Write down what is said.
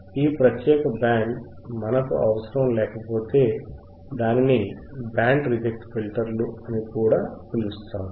ఈ ప్రత్యేక బ్యాండ్ మనకు అవసరం లేకపోతే దానిని బ్యాండ్ రిజెక్ట్ ఫిల్టర్లు అని కూడా పిలుస్తారు